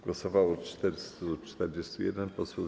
Głosowało 441 posłów.